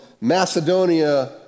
Macedonia